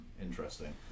interesting